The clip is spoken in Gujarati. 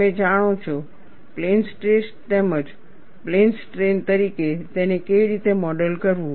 તમે જાણો છો પ્લેન સ્ટ્રેસ તેમજ પ્લેન સ્ટ્રેઈન તરીકે તેને કેવી રીતે મોડલ કરવું